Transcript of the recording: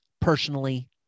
personally